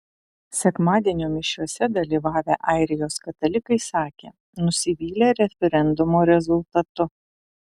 sekmadienio mišiose dalyvavę airijos katalikai sakė nusivylę referendumo rezultatu